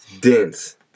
Dense